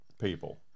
people